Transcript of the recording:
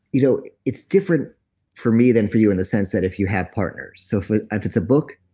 you know it's different for me than for you in the sense that if you have partners. so if like if it's a book,